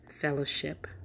fellowship